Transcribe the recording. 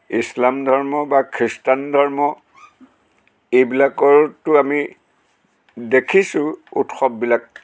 ইছলাম ধৰ্ম বা খ্ৰীষ্টান ধৰ্ম এইবিলাকতো আমি দেখিছোঁ উৎসৱবিলাক